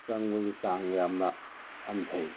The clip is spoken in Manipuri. ꯆꯪꯕꯒꯤ ꯆꯥꯡ ꯌꯥꯝꯅ ꯍꯟꯊꯩ